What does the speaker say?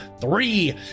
three